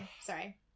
Sorry